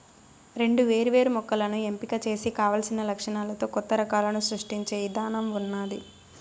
రెండు వేరు వేరు మొక్కలను ఎంపిక చేసి కావలసిన లక్షణాలతో కొత్త రకాలను సృష్టించే ఇధానం ఉన్నాది